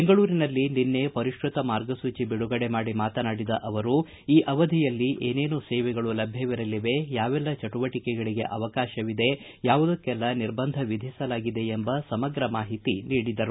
ಬೆಂಗಳೂರಿನಲ್ಲಿ ನಿನ್ನೆ ಪರಿಷ್ಟತ ಮಾರ್ಗಸೂಚಿ ಬಿಡುಗಡೆ ಮಾಡಿ ಮಾತನಾಡಿದ ಅವರು ಈ ಅವಧಿಯಲ್ಲಿ ಏನೇನು ಸೇವೆಗಳು ಲಭ್ಯವಿರಲಿವೆ ಯಾವೆಲ್ಲ ಚಟುವಟಕೆಗಳಿಗೆ ಅವಕಾಶವಿದೆ ಯಾವುದಕ್ಕೆಲ್ಲ ನಿರ್ಬಂಧ ವಿಧಿಸಲಾಗಿದೆ ಎಂಬ ಸಮಗ್ರ ಮಾಹಿತಿ ನೀಡಿದರು